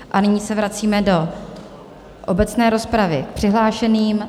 A nyní se vracíme do obecné rozpravy k přihlášeným.